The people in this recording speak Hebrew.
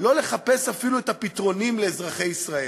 שלא לחפש אפילו את הפתרונים לאזרחי ישראל?